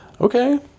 Okay